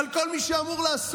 על כל מי שאמור לעסוק